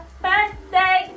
birthday